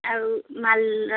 और माल र